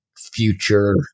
future